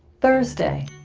thursday.